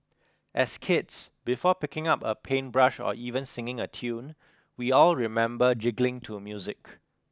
as kids before picking up a paintbrush or even singing a tune we all remember jiggling to music